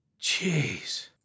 Jeez